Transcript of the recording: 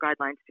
guidelines